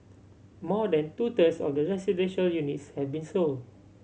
more than two thirds of the residential units have been sold